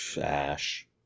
Ash